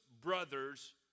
brothers